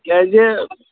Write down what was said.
کیٛازِ